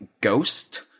ghost